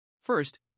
First